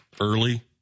early